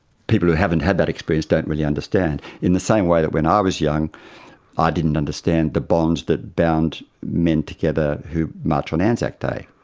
people who haven't had that experience don't really understand. in the same way that when ah i was young i didn't understand the bonds that bound men together who march on anzac day,